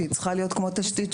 שהיא צריכה להיות כמו תשתית